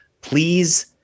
please